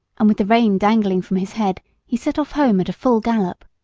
and with the rein dangling from his head he set off home at a full gallop.